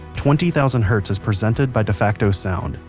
twenty thousand hertz is presented by defacto sound.